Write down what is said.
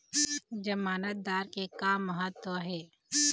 जमानतदार के का महत्व हे?